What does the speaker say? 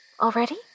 already